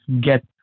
get